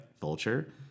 Vulture